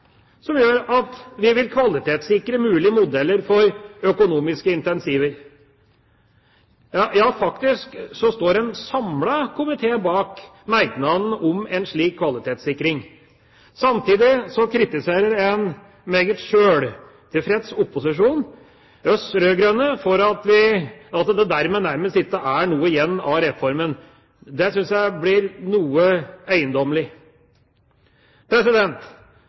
som gjør at vi vil kvalitetssikre mulige modeller for økonomiske incentiver. Faktisk står en samlet komité bak merknaden om en slik kvalitetssikring. Samtidig kritiserer en meget sjøltilfreds opposisjon oss rød-grønne for at det dermed nærmest ikke er noe igjen av reformen. Det syns jeg blir noe